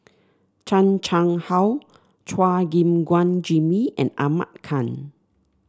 Chan Chang How Chua Gim Guan Jimmy and Ahmad Khan